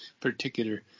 particular